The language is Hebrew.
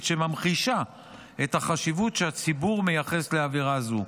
שממחישה את החשיבות שהציבור מייחס לעבירה הזו,